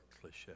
cliche